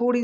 थोह्ड़ा